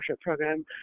Program